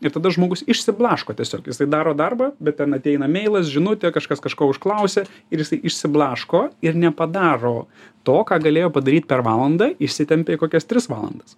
ir tada žmogus išsiblaško tiesiog jisai daro darbą bet ten ateina meilas žinotė kažkas kažko užklausė ir jisai išsiblaško ir nepadaro to ką galėjo padaryt per valandą išsitempia į kokias tris valandas